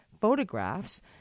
photographs